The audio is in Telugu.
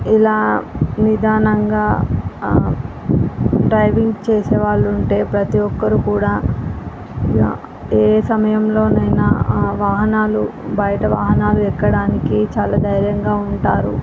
ఇలా నిదానంగా డ్రైవింగ్ చేసేవాళ్ళు ఉంటే ప్రతీ ఒక్కరు కూడా ఏ సమయంలోనైనా వాహనాలు బయట వాహనాలు ఎక్కడానికి చాలా ధైర్యంగా ఉంటారు